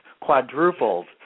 quadrupled